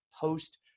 post